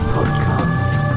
Podcast